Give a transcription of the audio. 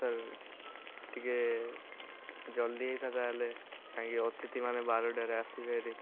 sir ଟିକେ ଜଲ୍ଦି ହେଇଥାତା'ହେଲେ କାହିଁକି ଅତିଥି ମାନେ ବାରଟାରେ ଆସିବେ ହେରି